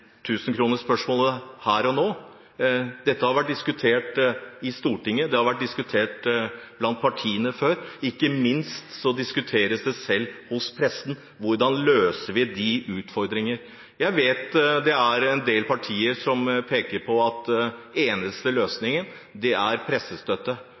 tusenkronersspørsmålet her og nå! Dette har vært diskutert i Stortinget, det har vært diskutert blant partiene, og ikke minst diskuteres det hos pressen selv hvordan vi løser de utfordringene. Jeg vet det er en del partier som peker på at